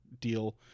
deal